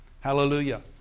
Hallelujah